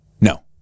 no